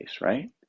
right